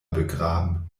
begraben